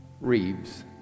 Reeves